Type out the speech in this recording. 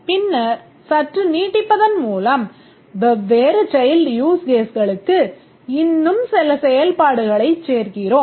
பின்னர் சற்று நீட்டிப்பதன் மூலம் வெவ்வேறு child use caseகளுக்கு இன்னும் சில செயல்பாடுகளைச் சேர்க்கிறோம்